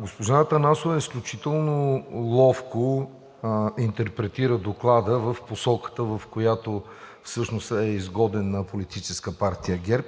Госпожа Атанасова изключително ловко интерпретира Доклада в посоката, в която всъщност е изгоден на Политическа партия ГЕРБ,